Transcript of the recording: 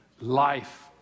life